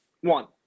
One